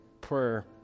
prayer